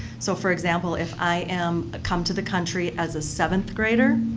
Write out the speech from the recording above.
so, for example, if i am ah come to the country as a seventh grader,